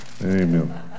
Amen